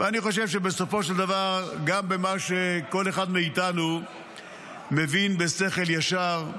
ואני חושב שבסופו של דבר גם במה שכל אחד מאיתנו מבין בשכל ישר,